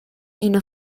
ina